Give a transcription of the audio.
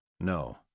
no